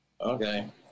Okay